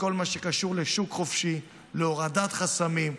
בכל מה שקשור לשוק חופשי, להורדת חסמים.